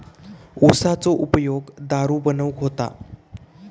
उसाचो उपयोग दारू बनवूक होता